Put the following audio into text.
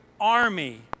army